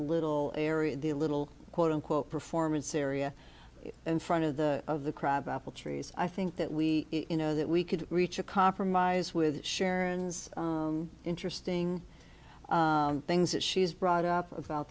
little area the little quote unquote performance area in front of the of the crab apple trees i think that we you know that we could reach a compromise with sharon's interesting things that she's brought up about